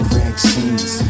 vaccines